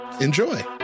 Enjoy